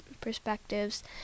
perspectives